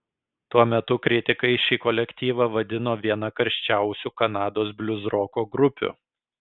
tuo metu kritikai šį kolektyvą vadino viena karščiausių kanados bliuzroko grupių